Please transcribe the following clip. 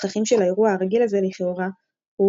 התככים של האירוע הרגיל הזה לכאורה הוא